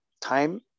time